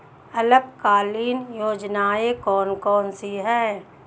अल्पकालीन योजनाएं कौन कौन सी हैं?